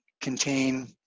contain